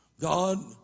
God